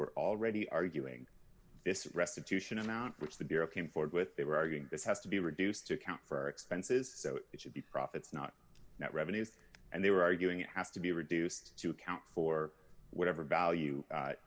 were already arguing this restitution amount which the bureau came forward with they were arguing this has to be reduced to account for expenses so it should be profits not net revenues and they were arguing it has to be reduced to account for whatever value